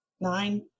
nine